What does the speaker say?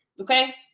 okay